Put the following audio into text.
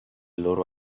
loro